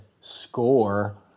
score